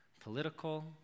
political